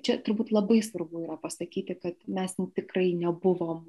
čia turbūt labai svarbu yra pasakyti kad mes tikrai nebuvom